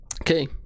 Okay